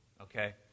okay